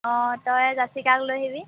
অঁ তই যাচিকাক লৈ আহিবি